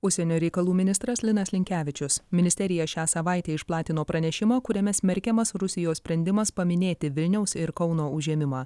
užsienio reikalų ministras linas linkevičius ministerija šią savaitę išplatino pranešimą kuriame smerkiamas rusijos sprendimas paminėti vilniaus ir kauno užėmimą